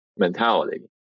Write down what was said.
Mentality